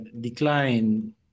decline